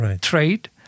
trade